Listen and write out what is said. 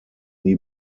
nie